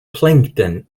plankton